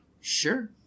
sure